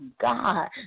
God